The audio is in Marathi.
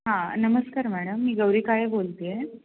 हां नमस्कार मॅडम मी गौरी काळे बोलते आहे